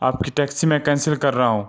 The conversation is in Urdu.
آپ کی ٹیکسی میں کینسل کر رہا ہوں